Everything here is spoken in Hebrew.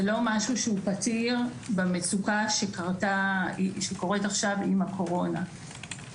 זה לא משהו שהוא פתיר במצוקה שקורית עכשיו עם הקורונה.